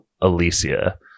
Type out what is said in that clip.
Alicia